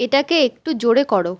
এটাকে একটু জোরে করো